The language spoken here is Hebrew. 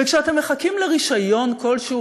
וכשאתם מחכים לרישיון כלשהו,